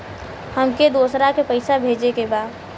हमके दोसरा के पैसा भेजे के बा?